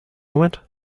went